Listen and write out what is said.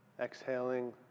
exhaling